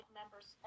members